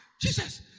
Jesus